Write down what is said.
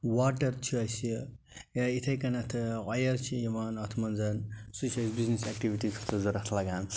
water چھِ اَسہِ یا یِتھَے کٔنٮ۪تھٕ آیِل چھِ یِوان اَتھ منٛز سُہ چھُ اَسہِ بزنِس اٮ۪کٹِوِٹی خٲطرٕ ضوٚرتھ لَگان